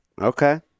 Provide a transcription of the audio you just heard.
Okay